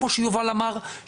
כמו שיובל אמר,